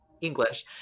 English